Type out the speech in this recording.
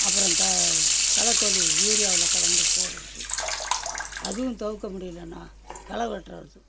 அப்புறம் க களைக்கொல்லி யூரியாவில் கலந்து போடுறது அதுவும் தவிக்க முடியிலைன்னா களை வெட்டுறது